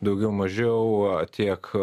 daugiau mažiau a tiek